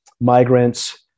migrants